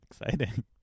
Exciting